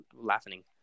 laughing